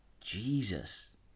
jesus